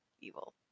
evil